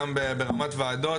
גם ברמת וועדות,